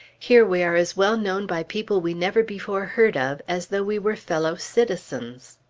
here we are as well known by people we never before heard of as though we were fellow-citizens.